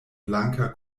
blanka